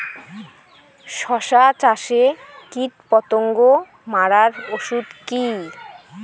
শসা চাষে কীটপতঙ্গ মারার ওষুধ কি?